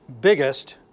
biggest